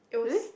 really